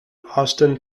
austin